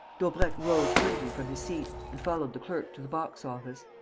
daubrecq rose hurriedly from his seat and followed the clerk to the box-office.